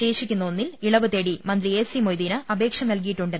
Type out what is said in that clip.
ശേഷിക്കുന്ന ഒന്നിൽ ഇളവ് തേടി മന്ത്രി എ സി മൊയ്തീന് അപേക്ഷ നൽകിയിട്ടുണ്ട്